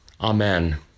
Amen